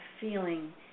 feeling